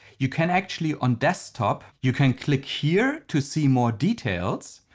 you can actually, on desktop you can click here to see more details.